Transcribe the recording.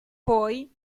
poi